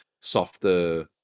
softer